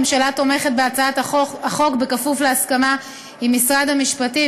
הממשלה תומכת בהצעת החוק בכפוף להסכמה עם משרד המשפטים,